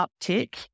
uptick